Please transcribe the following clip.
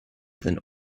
than